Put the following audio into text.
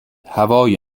هوای